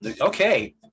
Okay